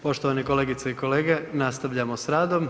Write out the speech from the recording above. Poštovane kolegice i kolege, nastavljamo s radom.